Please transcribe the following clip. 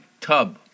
tub